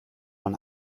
man